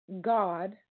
God